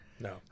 No